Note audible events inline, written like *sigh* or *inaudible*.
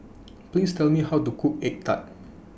Please Tell Me How to Cook Egg Tart *noise*